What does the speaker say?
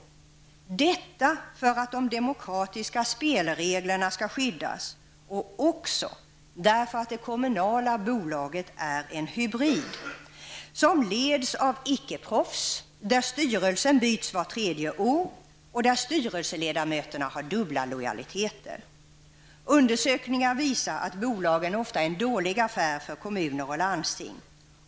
Syftet med detta är att de demokratiska spelreglerna skall skyddas, och ett annat skäl är att det kommunala bolaget är en hybrid som leds av icke-proffs, där styrelsen byts vart tredje år och där styrelseledamöterna har dubbla lojaliteter. Undersökningar visar att bolagen ofta är en dålig affär för kommuner och landsting.